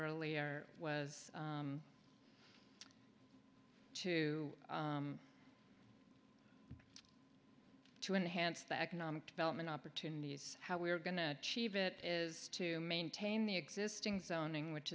earlier was to to enhance the economic development opportunities how we are going to achieve it is to maintain the existing zoning which